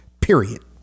period